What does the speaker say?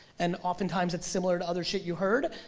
and often times it's similar to other shit you heard,